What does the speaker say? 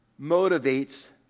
motivates